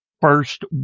first